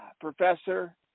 professor